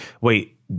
wait